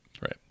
Right